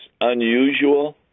unusual